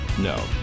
No